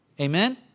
Amen